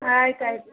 ಆಯ್ತು ಆಯ್ತು